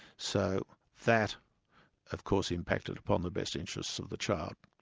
so that of course impacted upon the bests interests of the child.